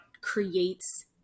creates